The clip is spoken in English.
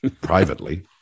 privately